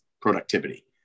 productivity